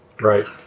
Right